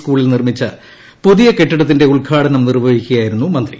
സ്കൂളിൽ നിർമ്മിച്ച പുതിയ കെട്ടിടത്തിന്റെ ഉദ്ഘാടനം നിർവഹിക്കുകയായിരുന്നു മന്ത്രി